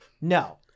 No